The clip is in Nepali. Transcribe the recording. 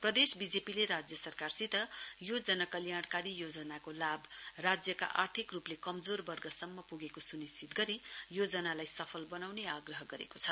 प्रदेश बीजेपीले राज्य सरकारसित यो जनकल्याणकारी योजनाको लाभ राज्यका आर्थिक रूपले कमजोर वर्गसम्म पुगेको सुनिश्चित गरी योजनालाई सफल बनाउने आग्रह गरेको छ